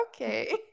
okay